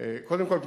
קודם כול,